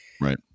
right